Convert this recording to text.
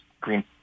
green